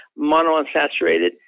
monounsaturated